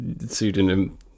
pseudonym